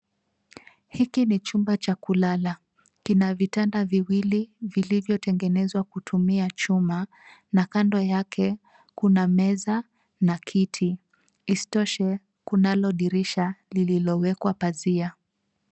Hiki ni chumba cha kulala. Kina vitanda viwili vilivyotengenezwa kutumia chuma na kando yake, kuna meza na kiti. Isitoshe, kunalo dirisha lililowekwa pazia.